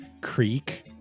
Creek